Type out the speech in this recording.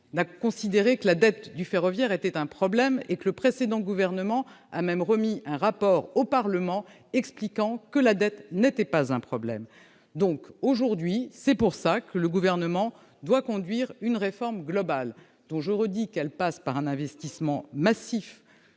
n'avait considéré que la dette du ferroviaire était un problème. Je rappelle aussi que le précédent gouvernement a même remis un rapport au Parlement expliquant que la dette n'était pas un problème. C'est pourquoi, aujourd'hui, le Gouvernement doit conduire une réforme globale, dont je redis qu'elle passe par un investissement massif